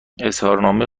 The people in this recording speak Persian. اظهارنامه